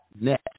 net